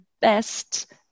best